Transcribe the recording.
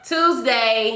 Tuesday